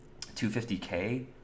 250k